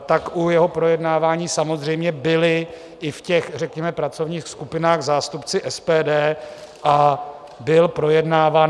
Tak u jeho projednávání samozřejmě byli i v těch řekněme pracovních skupinách zástupci SPD a byl projednáván.